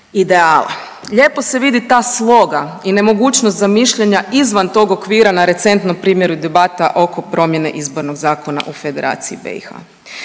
ideala. Lijepo se vidi ta sloga i nemogućnost za mišljenja izvan tog okvira na recentnom primjeru i debata oko promjene izbornog zakona u Federaciji BiH.